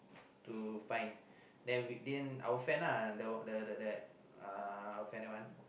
to find then then our friend uh the the uh our friend that one